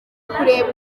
kureba